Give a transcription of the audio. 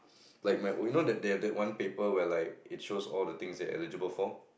like my you know that that one paper where like it shows all the things that you're eligible for